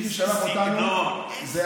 איזה דיבורים, איזה סגנון.